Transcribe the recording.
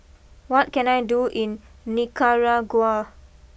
what can I do in Nicaragua